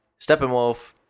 Steppenwolf